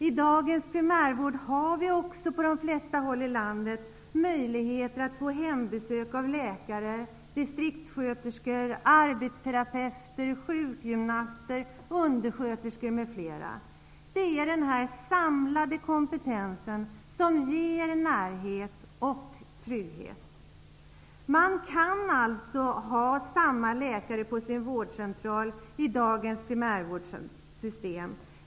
I dagens primärvård har vi också på de flesta håll i landet möjligheter att få hembesök av läkare, distriktssköterskor, arbetsterapeuter, sjukgymnaster, undersköterskor m.fl. Denna samlade kompetens ger närhet och trygghet. Man kan alltså träffa en och samma läkare på sin vårdcentral i dagens primärvårdssystem.